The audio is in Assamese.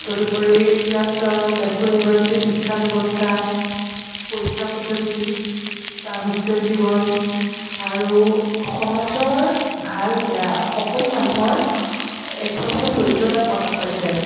তদুপৰি ইয়াত তেজপুৰ ইউনিভাৰ্চিটিৰ শিক্ষা ব্য়ৱস্থা পৰীক্ষা পদ্ধতি তাৰ হোষ্টেল জীৱন আৰু সমাজৰ ভাল বেয়া সকলো মানুহৰ একো একোটা চৰিত্ৰ তাত প্ৰকাশ পাইছে